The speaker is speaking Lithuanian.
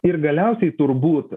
ir galiausiai turbūt